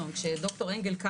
אמרתי שהדיון הוא לא